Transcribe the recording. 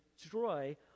destroy